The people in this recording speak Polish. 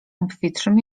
obfitszym